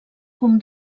com